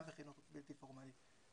גם בחינוך בלתי פורמלי,